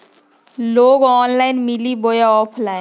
Loan online मिली बोया offline?